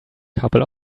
couple